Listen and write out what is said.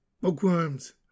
Bookworms